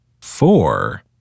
four